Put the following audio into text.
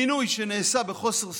מינוי שנעשה בחוסר סמכות,